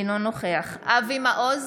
אינו נוכח אבי מעוז,